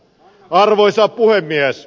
arvoisa puhemies